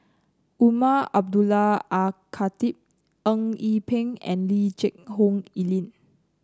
Umar Abdullah Al Khatib Eng Yee Peng and Lee Geck Hoon Ellen